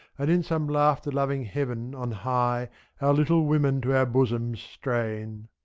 and in some laughter-loving heaven on high our little women to our bosoms strain.